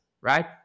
right